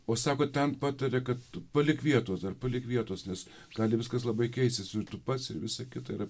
o sako ten pataria kad tu palik vietos dar palik vietos nes gali viskas labai keisis ir tu pats ir visa kita ir